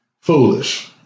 Foolish